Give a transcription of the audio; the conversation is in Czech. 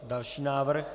Další návrh.